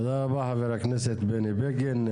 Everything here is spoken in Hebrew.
תודה רבה חבר הכנסת בני בגין.